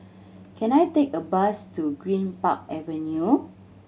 can I take a bus to Greenpark Avenue